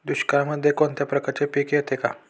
दुष्काळामध्ये कोणत्या प्रकारचे पीक येते का?